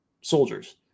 soldiers